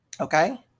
okay